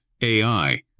AI